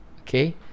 Okay